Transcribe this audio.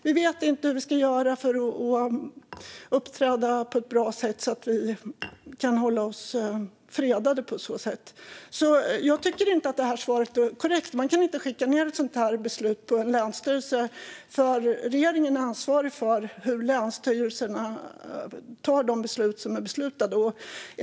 Vi vet inte hur vi ska göra för att uppträda på ett bra sätt för att kunna hålla oss fredade. Jag tycker inte att det här svaret är korrekt. Man kan inte skicka ned ett sådant här beslut på en länsstyrelse. Regeringen ansvarar för hur länsstyrelserna hanterar de beslut som är fattade.